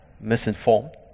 misinformed